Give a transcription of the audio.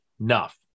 enough